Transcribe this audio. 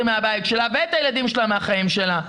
מהבית שלה ואת הילדים שלה מהחיים שלה.